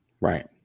Right